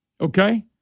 Okay